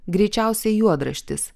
greičiausiai juodraštis